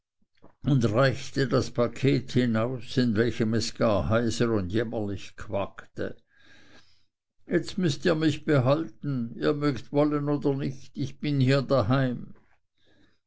und reichte das paket hinaus in welchem es gar heiser und jämmerlich quakte jetzt müßt ihr mich behalten ihr mögt wollen oder nicht ich bin hier daheim